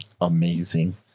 amazing